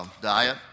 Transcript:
diet